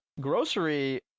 grocery